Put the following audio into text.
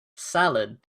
salad